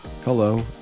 Hello